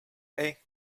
hey